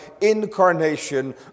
incarnation